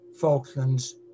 Falklands